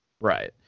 Right